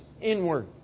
inward